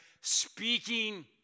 speaking